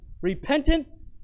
Repentance